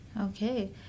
okay